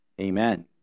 Amen